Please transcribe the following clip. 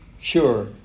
sure